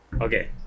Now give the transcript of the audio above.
okay